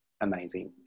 amazing